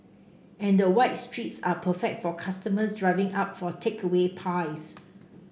and the wide streets are perfect for customers driving up for takeaway pies